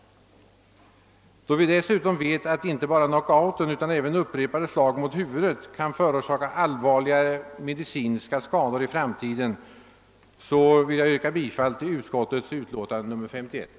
Därtill kommer att vi vet att inte bara knockout utan även upprepade slag mot huvudet kan förorsaka allvarliga medicinska skador i framtiden. Av dessa skäl vill jag yrka bifall till första lagutskottets hemställan i utlåtande nr 51.